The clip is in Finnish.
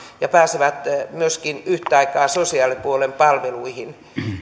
ja pääsevät myöskin yhtä aikaa sosiaalipuolen palveluihin